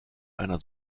einer